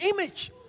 image